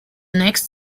next